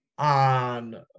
on